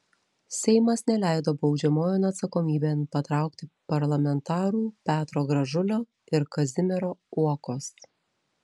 seimas neleido baudžiamojon atsakomybėn patraukti parlamentarų petro gražulio ir kazimiero uokos